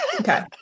Okay